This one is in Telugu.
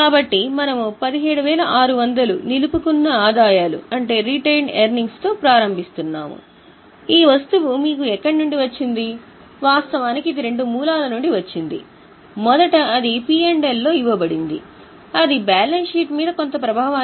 కాబట్టి మనము 17600 నిలుపుకున్న ఆదాయాలతో ఇది నగదు యిన్ ఫ్లో